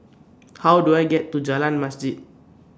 How Do I get to Jalan Masjid